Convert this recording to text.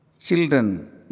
Children